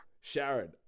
Sharon